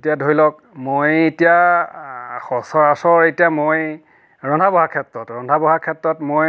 এতিয়া ধৰি লওক মই এতিয়া সচৰাচৰ এতিয়া মই ৰন্ধা বঢ়াৰ ক্ষেত্ৰত ৰন্ধা বঢ়া ক্ষেত্ৰত মই